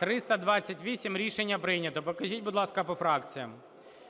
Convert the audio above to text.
За-328 Рішення прийнято. Покажіть, будь ласка, по фракціях.